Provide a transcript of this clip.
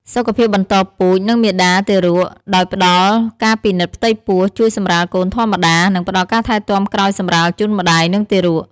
សុខភាពបន្តពូជ និងមាតា-ទារក ដោយផ្តល់ការពិនិត្យផ្ទៃពោះ ជួយសម្រាលកូនធម្មតា និងផ្តល់ការថែទាំក្រោយសម្រាលជូនម្តាយ និងទារក។